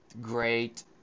great